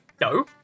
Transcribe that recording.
No